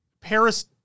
Paris